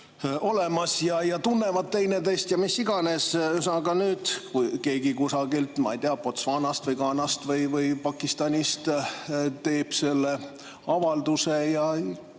olemas ja tunnevad teineteist ja mis iganes. Aga nüüd, kui keegi kusagilt, ma ei tea, Botswanast või Ghanast või Pakistanist teeb selle avalduse,